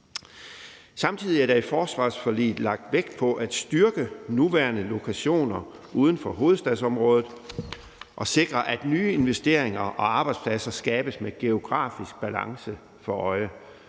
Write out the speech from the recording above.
Samtidig er der i forsvarsforliget lagt vægt på at styrke nuværende lokationer uden for hovedstadsområdet og sikre, at nye investeringer og arbejdspladser skabes med geografisk balance for øje.